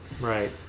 Right